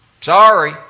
Sorry